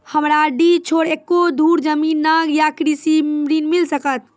हमरा डीह छोर एको धुर जमीन न या कृषि ऋण मिल सकत?